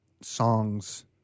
songs